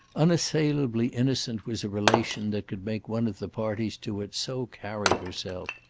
unassailably innocent was a relation that could make one of the parties to it so carry herself.